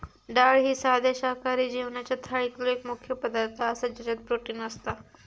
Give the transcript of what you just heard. डाळ ही साध्या शाकाहारी जेवणाच्या थाळीतलो एक मुख्य पदार्थ आसा ज्याच्यात प्रोटीन असता